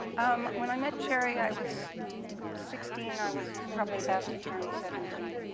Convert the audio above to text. um when i met gerry i was sixteen i was probably about to turn seventeen.